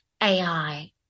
AI